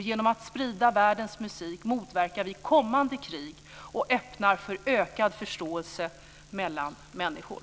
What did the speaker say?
Genom att sprida världens musik motverkar vi kommande krig och öppnar för ökad förståelse mellan människor.